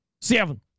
Seven